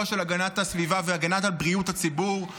של הגנת הסביבה והגנה על בריאות הציבור,